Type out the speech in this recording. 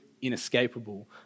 inescapable